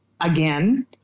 again